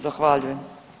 Zahvaljujem.